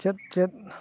ᱪᱮᱫ ᱪᱮᱫ